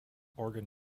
organ